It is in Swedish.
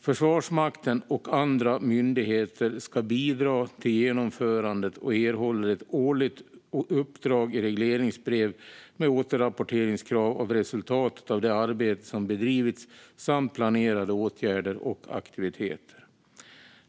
Försvarsmakten och andra myndigheter ska bidra till genomförandet och erhåller ett årligt uppdrag i regleringsbrev med återrapporteringskrav i fråga om resultatet av det arbete som bedrivits samt planerade åtgärder och aktiviteter.